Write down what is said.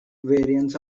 variants